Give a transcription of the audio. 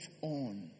on